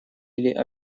или